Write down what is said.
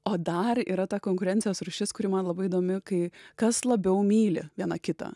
o dar yra ta konkurencijos rūšis kuri man labai įdomi kai kas labiau myli viena kitą